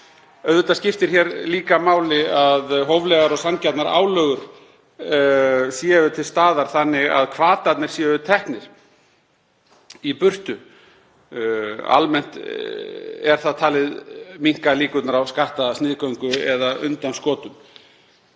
Auðvitað skiptir hér líka máli að hóflegar og sanngjarnar álögur séu til staðar þannig að hvatarnir séu teknir í burtu. Almennt er það talið minnka líkurnar á skattasniðgöngu eða undanskotum.